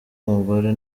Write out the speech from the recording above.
umugore